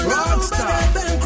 Rockstar